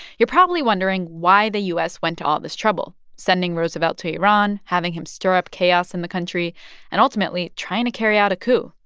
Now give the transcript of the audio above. you're probably wondering why the u s. went to all this trouble sending roosevelt to iran, having him stir up chaos in the country and, ultimately, trying to carry out a coup.